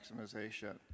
maximization